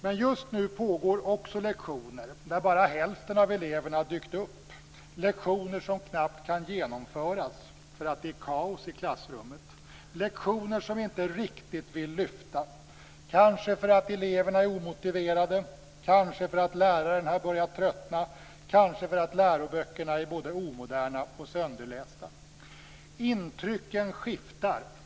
Men just nu pågår också lektioner där bara hälften av eleverna har dykt upp, lektioner som knappt kan genomföras för att det är kaos i klassrummet, lektioner som inte riktigt vill lyfta. Det är kanske för att eleverna är omotiverade, kanske för att läraren har börjat tröttna, kanske för att läroböckerna är både omoderna och sönderlästa. Intrycken skiftar.